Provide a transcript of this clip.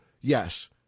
yes